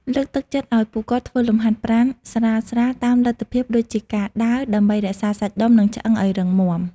លើកទឹកចិត្តឱ្យពួកគាត់ធ្វើលំហាត់ប្រាណស្រាលៗតាមលទ្ធភាពដូចជាការដើរ ដើម្បីរក្សាសាច់ដុំ និងឆ្អឹងឱ្យរឹងមាំ។